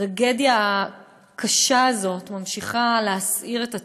הטרגדיה הקשה הזאת ממשיכה להסעיר את הציבור,